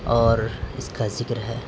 اور اس کا ذکر ہے